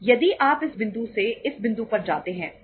यदि आप इस बिंदु से इस बिंदु पर जाते हैं तो क्या होगा